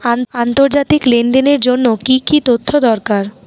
আন্তর্জাতিক লেনদেনের জন্য কি কি তথ্য দরকার?